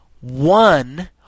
One